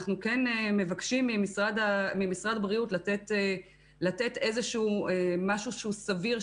אנחנו כן מבקשים ממשרד הבריאות לתת איזשהו משהו שהוא סביר,